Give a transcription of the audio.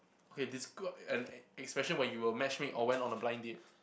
okay describe an an expression when you were matchmade or went on a blind date